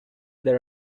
there